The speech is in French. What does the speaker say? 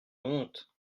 honte